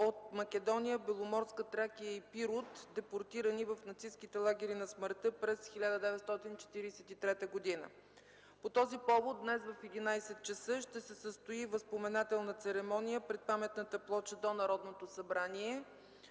Беломорска Тракия и Пирот, депортирани в нацистките лагери на смъртта през 1943 г. По този повод днес, в 11.00 ч., ще се състои възпоменателна церемония пред паметната плоча до Народното събрание.